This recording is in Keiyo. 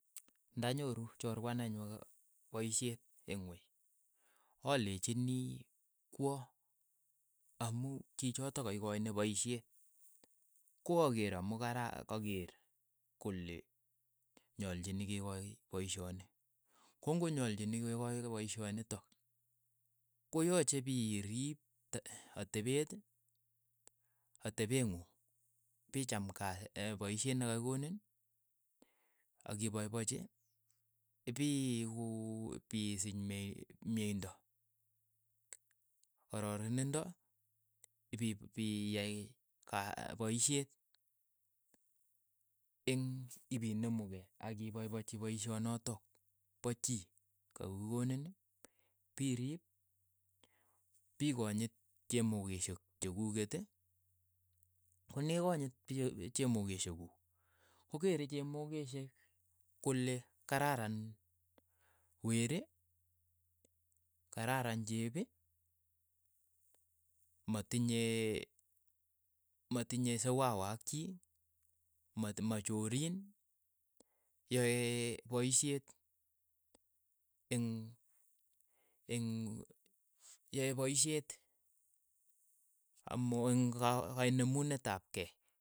Nda nyoru chorwa nenyu paishet eng' wui, alechini, kwa amu chichoto kaikachini paishet ko akeer amu karar kakeer kole nyalchinin kekaach paishoni, ko ng'onyalchini kekaach paishonitok, koyache pi riip te atepet, atepet ng'ung, pi chaam kasii paisheet ne kakinonin akipaipachi, ipi ku pisich myeindo, kororinindo ipi- ipiyai paisheet, eng' ipinemu kei ak ipaipachi paishonotok po chii ka ki konin, pi riip, pi konyit chemokeshek chekukeet, konikonyit che- chemokeshek kuuk, kokeere chemokeshek kole kararan weri, kararan chichi matinyee matinye siwawa ak chii, mat machoriin, yae poisheet eng' eng' yae poisheet amu eng' ka- kainamunet ap kei.